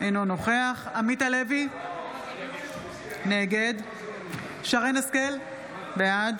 אינו נוכח עמית הלוי, נגד שרן מרים השכל, בעד